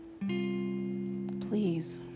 Please